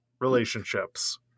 Relationships